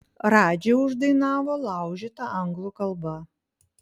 radži uždainavo laužyta anglų kalba